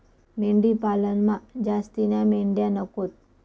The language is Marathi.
मेंढी पालनमा जास्तीन्या मेंढ्या नकोत